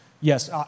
yes